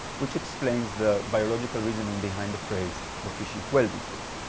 which explains the biological reasoning behind the phrase the fish eat well these days.